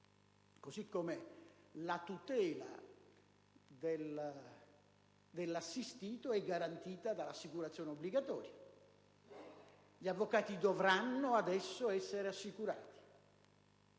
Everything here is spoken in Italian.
Così come la tutela dell'assistito è garantita dall'assicurazione obbligatoria: gli avvocati dovranno adesso essere assicurati.